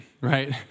right